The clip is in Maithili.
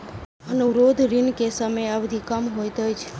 अनुरोध ऋण के समय अवधि कम होइत अछि